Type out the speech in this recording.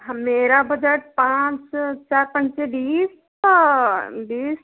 हम मेरा बजट पाँच चार पाँच के बीस बीस